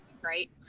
right